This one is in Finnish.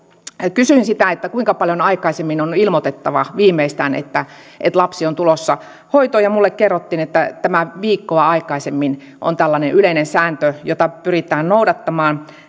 kysyin sitä kuinka paljon aikaisemmin on ilmoitettava viimeistään että että lapsi on tulossa hoitoon ja minulle kerrottiin että viikkoa aikaisemmin on tällainen yleinen sääntö jota pyritään noudattamaan